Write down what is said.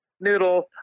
noodle